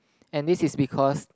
and this is because